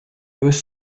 was